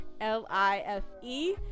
L-I-F-E